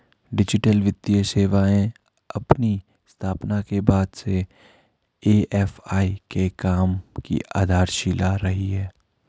digital वित्तीय सेवा अपनी स्थापना के बाद से ए.एफ.आई के काम की आधारशिला रही है